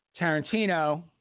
Tarantino